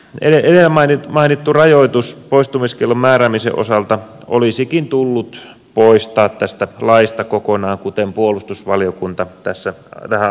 eu maiden mainittu rajoitus poistumiskiellon määräämisen osalta olisikin tullut poistaa tästä laista kokonaan kuten puolustusvaliokunta tähän asiaan kantaa otti